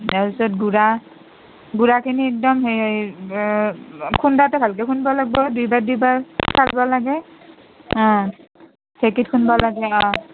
তাৰপিছত গুড়া গুড়াখিনি একদম সেই খুন্দোতে ভালকৈ খুন্দবা লাগবো দুইবাৰ দুইবাৰ চালবা লাগে ঢেকীত খুন্দবা লাগে অঁ